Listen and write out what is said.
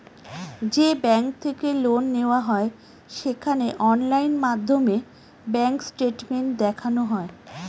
যে ব্যাঙ্ক থেকে লোন নেওয়া হয় সেখানে অনলাইন মাধ্যমে ব্যাঙ্ক স্টেটমেন্ট দেখানো হয়